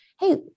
Hey